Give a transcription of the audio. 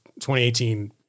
2018